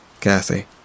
Kathy